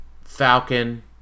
Falcon